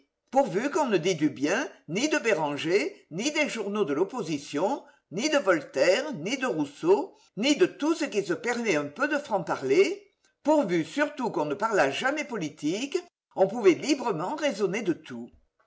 pourvu qu'on ne dît du bien ni de béranger ni des journaux de l'opposition ni de voltaire ni de rousseau ni de tout ce qui se permet un peu de franc-parler pourvu surtout qu'on ne parlât jamais politique on pouvait librement raisonner de tout